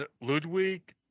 Ludwig